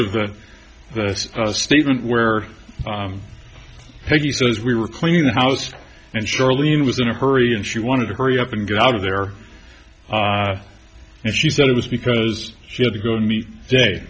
of that statement where he says we were cleaning the house and charlene was in a hurry and she wanted to hurry up and get out of there and she said it was because she had to go meet day